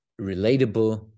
relatable